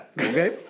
Okay